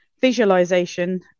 visualization